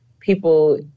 People